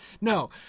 No